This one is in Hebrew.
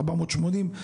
480,